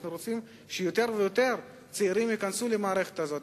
אנחנו רוצים שיותר ויותר צעירים ייכנסו למערכת הזאת.